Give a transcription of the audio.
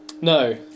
No